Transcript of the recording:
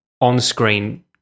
on-screen